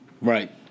Right